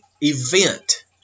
event